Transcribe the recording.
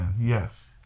yes